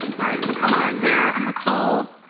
all right. so, countdown is here. i'm going to call,